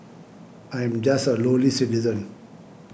I am just a lowly citizen